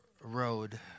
road